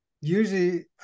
usually